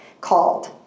called